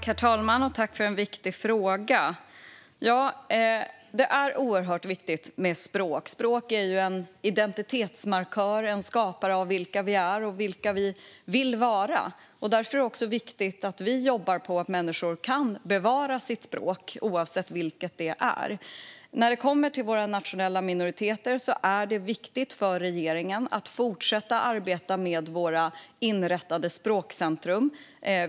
Herr talman! Jag tackar för en viktig fråga. Språk är oerhört viktigt. Språk är en identitetsmarkör, en skapare av vilka vi är och vill vara. Därför är det viktigt att jobba för att människor kan bevara sitt språk, oavsett vilket det är. När det kommer till våra nationella minoriteter är det viktigt för regeringen att fortsätta arbeta med våra inrättade språkcentrum.